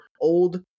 old